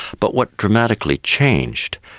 but what dramatically changed,